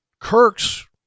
Kirk's